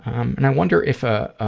um and i wonder if ah i